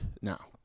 now